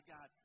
God